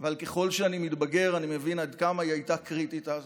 אבל ככל שאני מתבגר אני מבין עד כמה היא הייתה קריטית אז: